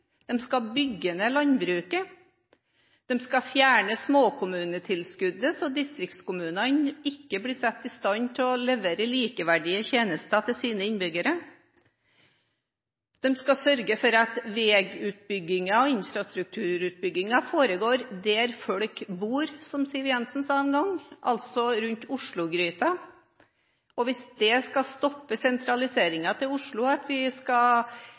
skal bygge ned landbruket. De skal fjerne småkommunetilskuddet, slik at distriktskommunene ikke blir satt i stand til å levere likeverdige tjenester til sine innbyggere. De skal sørge for at vei- og infrastrukturutbyggingen foregår «der folk bor», som Siv Jensen sa en gang, altså rundt Oslo-gryta, og hvis det å la være å bygge ut i distriktene der naturressursene er, skal